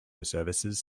services